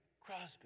Crosby